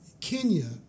Kenya